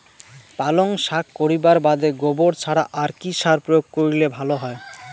পালং শাক করিবার বাদে গোবর ছাড়া আর কি সার প্রয়োগ করিলে ভালো হবে?